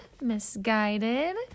misguided